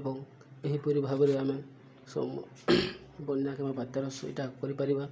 ଏବଂ ଏହିପରି ଭାବରେ ଆମେ ବନ୍ୟା କିମ୍ବା ବର୍ତ୍ତମାନ ସୁବିଧା କରିପାରିବା